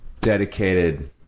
dedicated